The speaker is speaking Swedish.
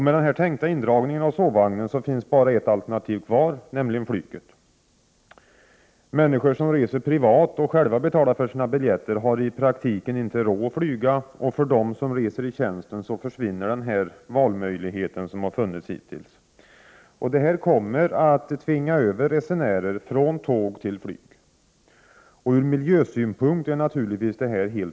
Med den tänkta indragningen av sovvagnarna finns bara flyget kvar. Människor som reser privat och själva betalar sina biljetter har i praktiken inte råd att flyga, och för dem som reser i tjänsten försvinner valmöjligheten. Detta kommer att tvinga resenärer att ta flyget. Från miljösynpunkt är Prot. 1988/89:64 detta naturligtvis helt förkastligt.